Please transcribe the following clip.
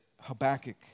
Habakkuk